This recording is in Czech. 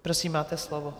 Prosím, máte slovo.